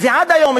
ועד היום,